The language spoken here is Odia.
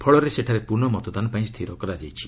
ଫଳରେ ସେଠାରେ ପୁନଃ ମତଦାନ ପାଇଁ ସ୍ଥିର କରାଯାଇଛି